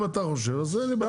אם אתה חשוב, אז אין לי בעיה.